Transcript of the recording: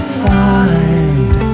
find